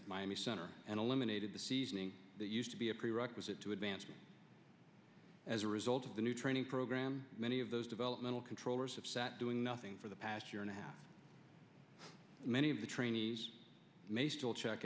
at miami center and eliminated the seasoning that used to be a prerequisite to advancement as a result of the new training program many of those developmental controllers have sat doing nothing for the past year and a half many of the trainees may still check